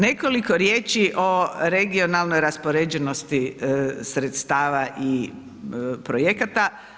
Nekoliko riječi o regionalnoj raspoređenosti sredstava i projekata.